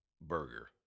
burger